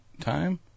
time